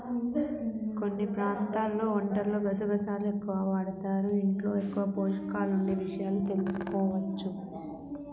కొన్ని ప్రాంతాల్లో వంటల్లో గసగసాలను ఎక్కువగా వాడరు, యీటిల్లో ఎక్కువ పోషకాలుండే విషయం తెలియకపోవచ్చు